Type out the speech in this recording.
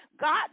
God